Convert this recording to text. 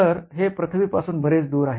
तर हे पृथ्वी पासून बरेच दूर आहे